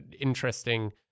interesting